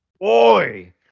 boy